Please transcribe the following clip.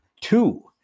two